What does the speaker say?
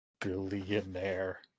Billionaire